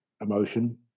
emotion